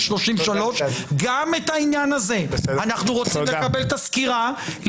33. גם על העניין הזה אנחנו רוצים לקבל את הסקירה,